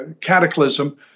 cataclysm